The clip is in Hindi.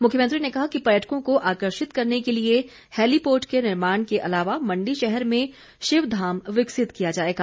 मुख्यमंत्री ने कहा कि पर्यटकों को आकर्षित करने के लिए हैलीपोर्ट के निर्माण के अलावा मंडी शहर में शिवधाम विकसित किया जाएगा